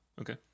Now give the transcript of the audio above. Okay